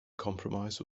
compromise